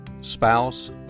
spouse